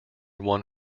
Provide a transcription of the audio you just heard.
one